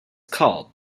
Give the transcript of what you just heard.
called